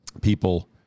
people